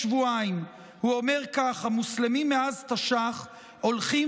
הוא אומר כך: המוסלמים מאז תש"ח הולכים